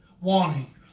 wanting